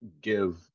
give